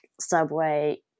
subway